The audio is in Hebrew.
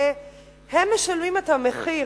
והם משלמים את המחיר,